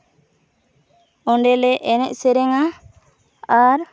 ᱚᱸᱰᱮᱞᱮ ᱮᱱᱮᱡ ᱥᱮᱨᱮᱧᱟ ᱟᱨ